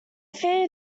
fear